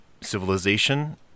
civilization